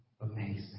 amazing